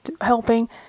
helping